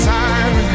time